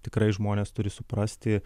tikrai žmonės turi suprasti